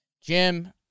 Jim